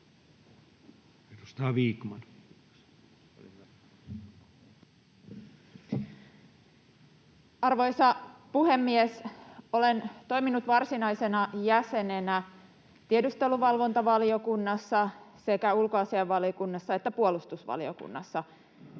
Arvoisa puhemies! Olen toiminut varsinaisena jäsenenä tiedusteluvalvontavaliokunnassa ja sekä ulkoasiainvaliokunnassa että puolustusvaliokunnassa.